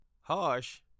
harsh